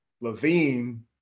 Levine